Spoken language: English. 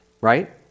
right